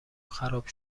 خراب